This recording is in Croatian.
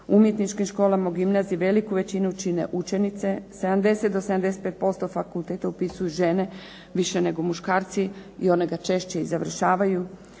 umjetničkim školama, u gimnaziji veliku većinu čine učenice, 70 do 75% fakulteta upisuju žene, više nego muškarci i one ga češće i završavaju,